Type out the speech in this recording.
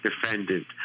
defendant